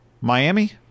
Miami